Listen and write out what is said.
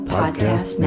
Podcast